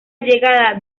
llegada